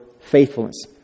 faithfulness